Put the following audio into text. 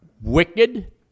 wicked